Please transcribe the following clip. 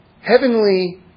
heavenly